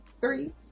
three